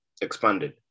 expanded